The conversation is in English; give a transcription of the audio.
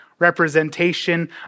representation